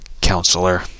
Counselor